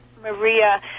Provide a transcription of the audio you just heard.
Maria